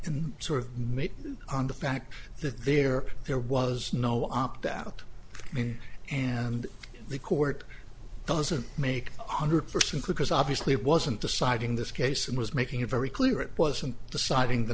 and sort of made on the fact that there there was no opt out meaning and the court doesn't make one hundred percent because obviously it wasn't deciding this case and was making it very clear it wasn't deciding the